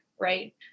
right